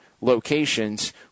locations